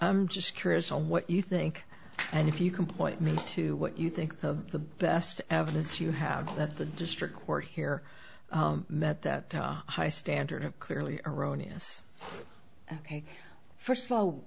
am just curious on what you think and if you can point me to what you think the best evidence you have that the district court here met that high standard of clearly erroneous ok first of all